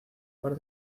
par